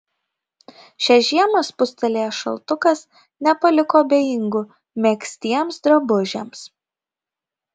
šią žiemą spustelėjęs šaltukas nepaliko abejingų megztiems drabužiams